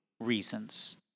reasons